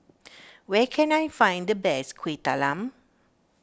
where can I find the best Kueh Talam